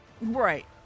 Right